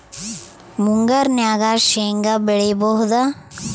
ಮುಂಗಾರಿನಾಗ ಶೇಂಗಾ ಬಿತ್ತಬಹುದಾ?